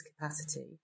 capacity